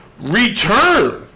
return